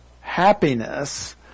happiness